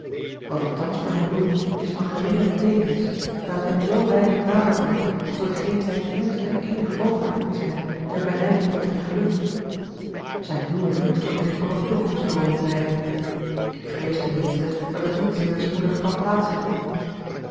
wat ik thans voor hem doe is van geringe beteekenis daar het hem zoo weinig nader brengt tot hetgeen zijn eerst en eenig oogmerk moet zijn ter bereiking van zijn geluk zijn huwelijk moet vooreerst nog een toekomstdroom blijven ik vrees ten minste dat het niet zeer spoedig kan plaats hebben